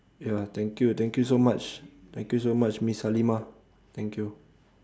ya thank you thank you so much thank you so much miss halimah thank you